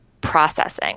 processing